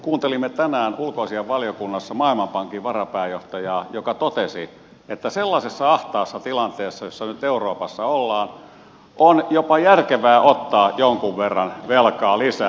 kuuntelimme tänään ulkoasiainvaliokunnassa maailmanpankin varapääjohtajaa joka totesi että sellaisessa ahtaassa tilanteessa jossa nyt euroopassa ollaan on jopa järkevää ottaa jonkun verran velkaa lisää